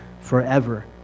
forever